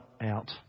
out